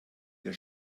der